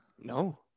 No